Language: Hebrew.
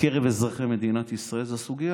בקרב אזרחי מדינת ישראל זה הסוגיה